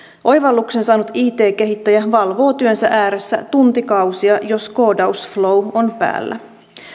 oivalluksen saanut it kehittäjä valvoo työnsä ääressä tuntikausia jos koodausflow on päällä